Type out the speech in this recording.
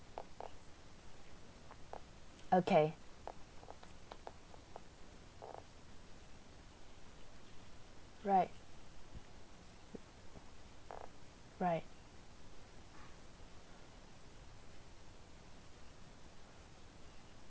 okay right right